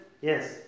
Yes